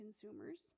consumers